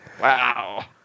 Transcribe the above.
Wow